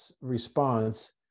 response